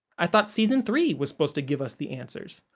i thought season three was supposed to give us the answers.